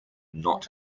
not